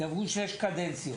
יעברו שש קדנציות,